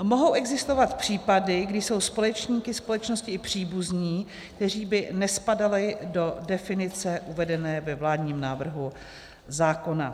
Mohou existovat případy, kdy jsou společníky společnosti i příbuzní, kteří by nespadali do definice uvedené ve vládním návrhu zákona.